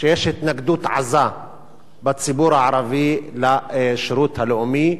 שיש התנגדות עזה בציבור הערבי לשירות הלאומי,